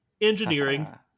Engineering